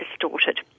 distorted